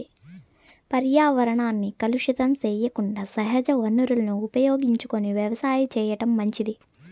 పర్యావరణాన్ని కలుషితం సెయ్యకుండా సహజ వనరులను ఉపయోగించుకొని వ్యవసాయం చేయటం మంచిది